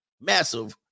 massive